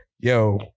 Yo